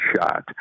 shot